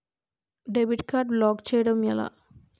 Debit card block చేయటం ఎలా?